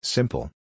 Simple